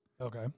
Okay